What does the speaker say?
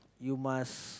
you must